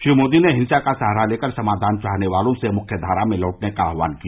श्री मोदी ने हिंसा का सहारा लेकर समाधान चाहने वालों से मुख्यधारा में लौटने का आह्वान किया